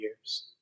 years